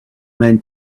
men